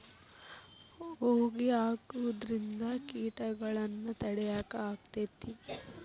ಹೊಗಿ ಹಾಕುದ್ರಿಂದ ಕೇಟಗೊಳ್ನ ತಡಿಯಾಕ ಆಕ್ಕೆತಿ?